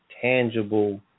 tangible